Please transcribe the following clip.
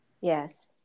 Yes